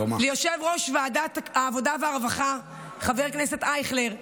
ליושב-ראש ועדת העבודה והרווחה חבר הכנסת אייכלר,